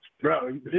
Bro